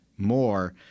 more